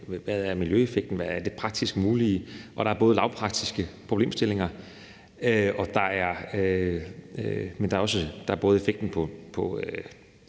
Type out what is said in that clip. hvad miljøeffekten er, og hvad der er det praktisk mulige. Der er både lavpraktiske problemstillinger, og der er effekten i